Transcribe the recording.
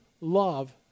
love